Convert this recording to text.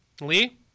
Lee